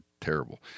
terrible